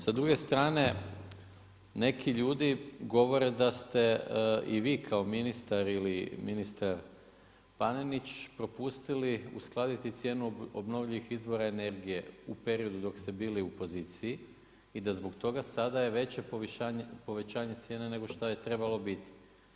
Sa druge strane neki ljudi govore da ste i vi kao ministar ili ministar Panenić propustili uskladiti cijenu obnovljivih izvora energije u periodu dok ste bili u poziciji i da zbog toga sada je veće povećanje cijene nego šta je trebalo biti.